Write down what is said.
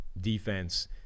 defense